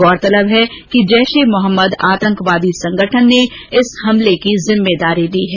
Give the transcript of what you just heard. गौरतलब है कि जैश ए मोहम्मद आतंकवादी संगठन ने इस हमले की जिम्मेदारी ली है